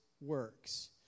works